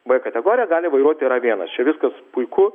b kategiriją gali vairuoti ir a vienas čia viskas puiku